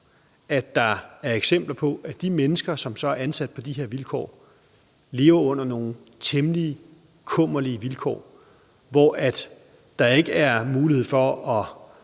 at der er eksempler på, at de mennesker, der så er ansat på de vilkår, lever under nogle temmelig kummerlige forhold, hvor der ikke er mulighed for at